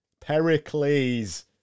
Pericles